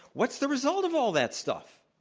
what's the result of all that stuff?